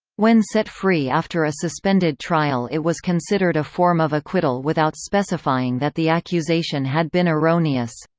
when set free after a suspended trial it was considered a form of acquittal without specifying that the accusation had been erroneous.